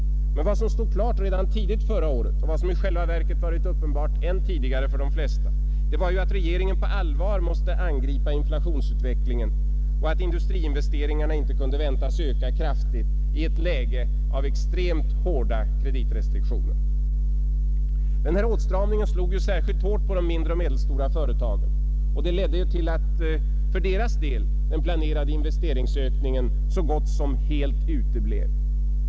Men vad som stod klart redan tidigt förra året och vad som i själva verket varit uppenbart än tidigare för de flesta var att regeringen på allvar måste angripa inflationsutvecklingen och att industriinvesteringarna inte kunde väntas öka kraftigt i ett läge med extremt hårda kreditrestriktioner. Den här åtstramningen slog ju särskilt hårt på de mindre och medelstora företagen, och det ledde till att för deras del den planerade investeringsökningen så gott som helt uteblev.